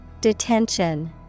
Detention